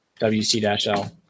wc-l